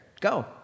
Go